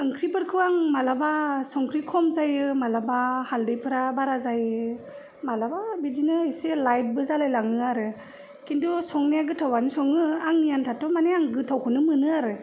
ओंख्रिफोरखौ आं मालाबा संख्रि खम जायो मालाबा हालदैफोरा बारा जायो मालाबा बिदिनो एसे लाइटबो जालायलाङो आरो खिन्थु संनाया गोथावखौनो सङो आंनि आन्थाथ' माने आङो गोथावखौनो मोनो आरो